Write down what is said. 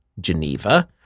Geneva